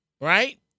right